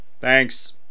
thanks